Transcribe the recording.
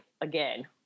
again